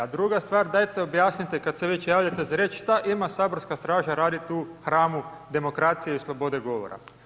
A druga stvar, dajte objasnite, kada se već javljate za riječ, šta ima samoborska straža raditi u hramu demokracije i slobode govora?